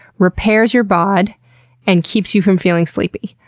repairs your bod and keeps you from feeling sleepy.